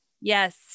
Yes